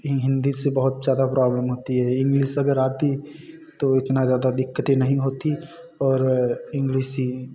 हिंदी से बहुत ज़्यादा प्रॉब्लम होती है इंग्लिस अगर आती तो इतना ज़्यादा दिक्कतें नहीं होती और इंग्लिस ही